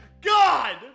God